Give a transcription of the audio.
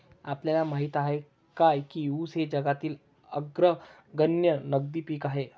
आपल्याला माहित आहे काय की ऊस हे जगातील अग्रगण्य नगदी पीक आहे?